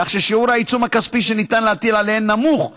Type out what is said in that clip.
כך ששיעור העיצום הכספי שניתן להטיל עליהן נמוך מ-8%.